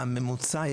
בממוצע,